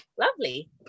Lovely